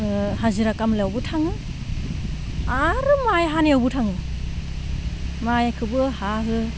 हाजिरा खामलायावबो थाङो आरो माइ हानायावबो थाङो माइखोबो हाहो